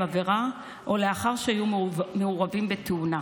עבירה או לאחר שהיו מעורבים בתאונה.